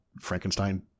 frankenstein